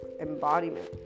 embodiment